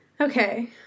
Okay